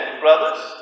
brothers